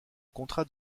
contrat